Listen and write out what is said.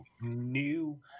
new